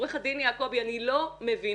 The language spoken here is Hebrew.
עורך הדין יעקבי, אני לא מבינה.